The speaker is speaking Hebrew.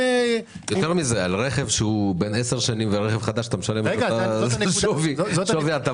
יותר מזה על רכב שהוא בן עשר שנים ורכב חדש אתה משלם שווי הטבה.